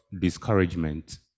discouragement